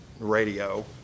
radio